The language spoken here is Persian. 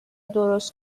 درست